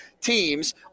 teams